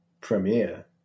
premiere